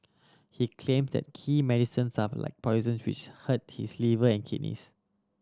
he claim that key medicines are of like poisons which hurt his liver and kidneys